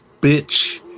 bitch